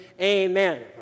amen